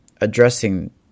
addressing